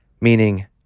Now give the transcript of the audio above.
meaning